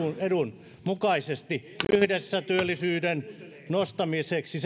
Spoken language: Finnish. edun mukaisesti yhdessä työllisyyden nostamiseksi